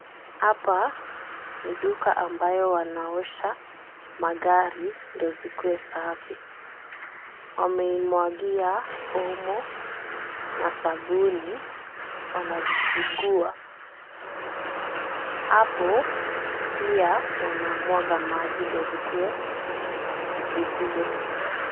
Hapa ni duka ambayo wanaosha magari ndio zikue safi. Wameimwagia omo na sabuni. Wanazisugua. Hapo pia wanamwaga maji ndio zikue vizuri.